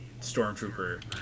Stormtrooper